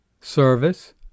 service